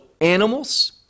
animals